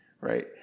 right